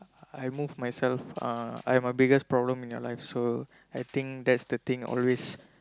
I move myself uh I'm the biggest problem in your life so I think that's the thing always